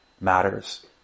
matters